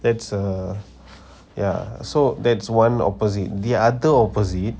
that's err yeah so that's one opposite the other opposite